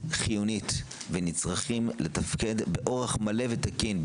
חיונית ונצרכים לתפקד באורח מלא ותקין,